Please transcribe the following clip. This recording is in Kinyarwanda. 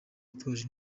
yitwaje